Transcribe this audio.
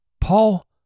Paul